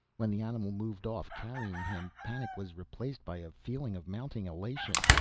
when the animal moved off, carrying him, panic was replaced by a feeling of mounting elation.